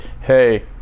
hey